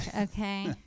okay